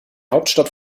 hauptstadt